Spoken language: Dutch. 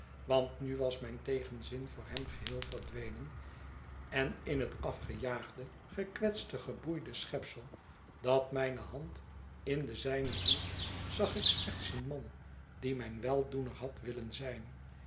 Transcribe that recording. want nu was mijn tegenzin voor hem geheel verdwenen en in het afgejaagde gekwetste geboeide schepsel dat mijne hand in de zijne hield zag ik slechts een man die mijn weldoenerhad willen zijn